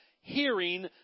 hearing